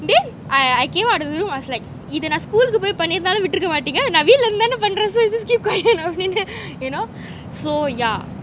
then I I came out of the room I was like இத நா:itha na school kuh போய் பண்ணிருந்தாலும் விட்டிருக்க மாடீங்க நா வீட்ல இருந்து தானே பண்றேன்:poai pannirunthaalum vittirukka mateenga na veetla irunthu thaane panrean just keep quiet you know so yeah